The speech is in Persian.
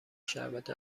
شربت